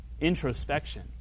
introspection